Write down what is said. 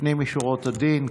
לפנים משורת הדין,